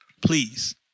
Please